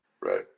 Right